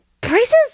Prices